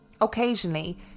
Occasionally